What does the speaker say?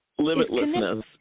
limitlessness